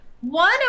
one